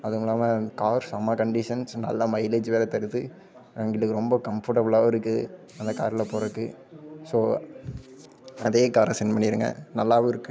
அதுவுமில்லாமல் கார் செம்ம condition so நல்லா மைலேஜ் வேறே தருது எங்களுக்கு ரொம்ப கம்ஃபர்டபிளாகவும் இருக்குது அந்த காரில் போகிறக்கு ஸோ அதே காரை செண்ட் பண்ணிருங்க நல்லாவும் இருக்குது